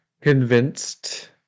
convinced